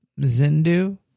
Zindu